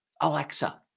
Alexa